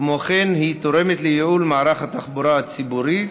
כמו כן, היא תורמת לייעול מערך התחבורה הציבורית,